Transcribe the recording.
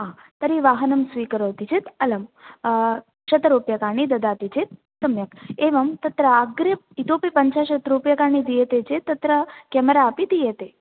तर्हि वाहनं स्वीकरोति चेत् अलं शतं रूप्यकाणि ददाति चेत् सम्यक् एवं तत्र अग्रे इतोपि पञ्चाशत् रूप्यकाणि दीयते चेत् तत्र केमरा अपि दीयते